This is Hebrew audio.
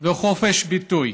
וחופש הביטוי.